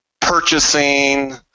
purchasing